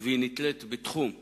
והיא נתלית בתחום העסק,